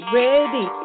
ready